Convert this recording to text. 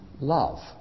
love